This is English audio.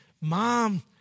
Mom